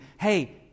hey